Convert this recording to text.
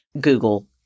Google